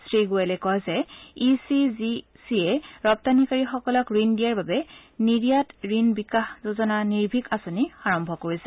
শ্ৰীগোৱেলে কয় যে ই চি জি চি এ ৰপ্তানিকাৰীসকলক ঋণ দিয়াৰ বাবে নিৰিয়াত ঋণ বিকাশ যোজনা নিৰ্ভীক আঁচনি আৰম্ভ কৰিছে